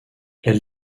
elle